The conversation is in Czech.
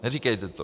Neříkejte to.